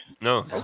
No